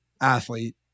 athlete